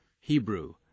Hebrew